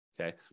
okay